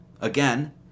again